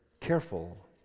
careful